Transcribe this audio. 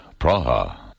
Praha